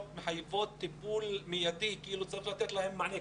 ומחייבות טיפול מיידי וצריך לתת להן מענה.